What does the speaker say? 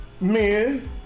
men